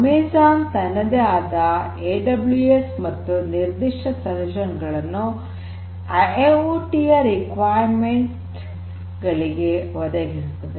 Amazon ತನ್ನದೇ ಆದ A W S ಮತ್ತು ನಿರ್ಧಿಷ್ಟ ಪರಿಹಾರಗಳನ್ನು ಐಐಓಟಿ ಯ ಅವಶ್ಯಕತೆಗಳಿಗೆ ಒದಗಿಸುತ್ತದೆ